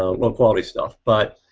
ah one quality stuff but.